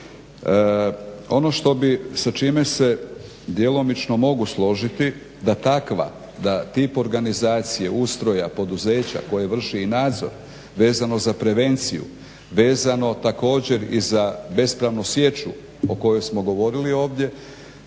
Ono sa čime se djelomično mogu složiti, da takav tip organizacije, ustroja, poduzeća koje vrši i nadzor vezano za prevenciju, vezano također i za bespravnu sječu o kojoj smo govorili ovdje,